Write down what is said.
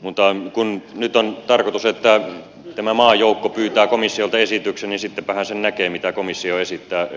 mutta kun nyt on tarkoitus että tämä maajoukko pyytää komissiolta esityksen niin sittenpähän sen näkee mitä komissio esittää